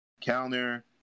counter